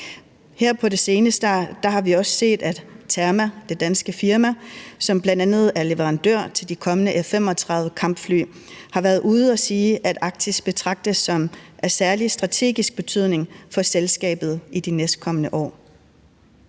Her på det seneste har vi også set, at Terma, det danske firma, som bl.a. er leverandør af de kommende F-35-kampfly, har været ude at sige, at Arktis betragtes som af særlig strategisk betydning for selskabet i de næstkommende år.